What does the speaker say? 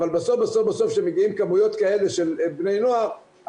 אבל בסוף כשמגיעים כמויות כאלה של בני נוער,